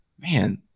Man